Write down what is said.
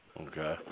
Okay